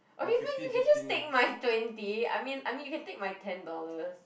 okay fine you can just take my twenty I mean I mean you can take my ten dollars